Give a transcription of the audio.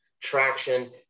traction